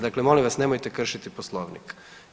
Dakle molim vas, nemojte kršiti Poslovnik.